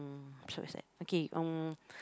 so sad okay um